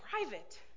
private